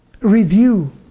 review